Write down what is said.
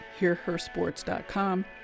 hearhersports.com